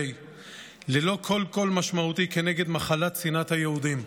ללא כל קול משמעותי כנגד מחלת שנאת היהודים.